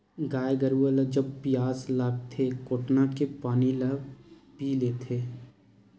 गाय गरुवा ल जब पियास लागथे कोटना के पानी ल पीय लेथे